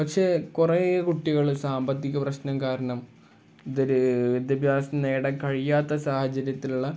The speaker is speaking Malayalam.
പക്ഷേ കുറേ കുട്ടികൾ സാമ്പത്തിക പ്രശ്നം കാരണം ഇതൊരു വിദ്യാഭ്യാസം നേടാൻ കഴിയാത്ത സാഹചര്യത്തിലുള്ള